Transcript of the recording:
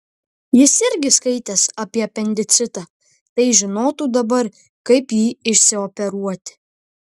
jis irgi skaitęs apie apendicitą tai žinotų dabar kaip jį išsioperuoti